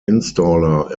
installer